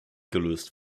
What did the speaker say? gelöst